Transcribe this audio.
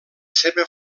seva